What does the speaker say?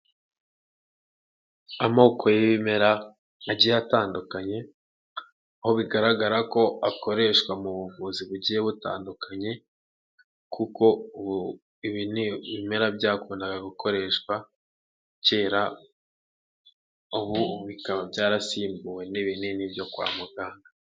Amoko y'ibimera agiye atandukanye aho bigaragara ko akoreshwa mu buvuzi bugiye butandukanye kuko ubu ibi ibimera byakundaga gukoreshwa kera ubu bikaba byarasimbuwe n'ibinini byo kwa muganga.